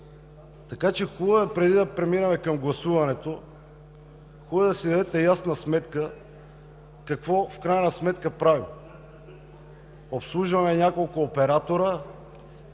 Така че хубаво е преди да преминем към гласуването, да си дадете ясна сметка какво в крайна сметка правим – обслужваме няколко оператора